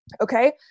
Okay